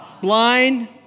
Blind